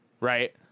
right